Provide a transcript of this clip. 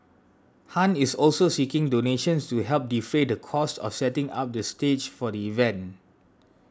Han is also seeking donations to help defray the cost of setting up the stage for the event